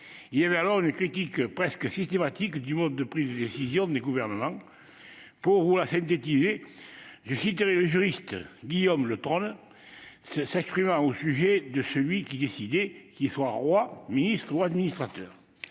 Il y avait alors une critique presque systématique du mode de prise de décision des gouvernants. Le juriste Guillaume Le Trosne, s'exprimant au sujet de celui qui décidait, qu'il soit Roi, ministre ou administrateur,